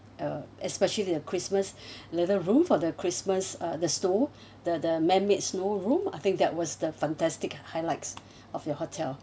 uh especially in the christmas little room for the christmas uh the snow the the man made snow room I think that was the fantastic highlights of your hotel